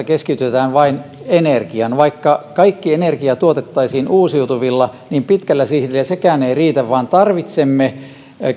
keskitytään vain energiaan vaikka kaikki energia tuotettaisiin uusiutuvilla niin pitkällä sihdillä sekään ei riitä vaan tarvitsemme